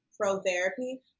pro-therapy